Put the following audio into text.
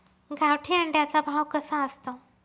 गावठी अंड्याचा भाव कसा असतो?